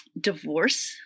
divorce